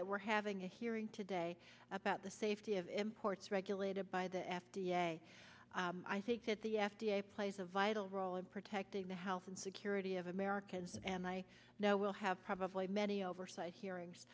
that we're having a hearing today about the safety of imports regulated by the f d a i think that the f d a plays a vital role in protecting the health and security of americans and i know we'll have probably many oversight hearings